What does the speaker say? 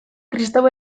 kristau